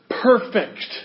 perfect